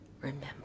Remember